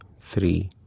three